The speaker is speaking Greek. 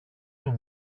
του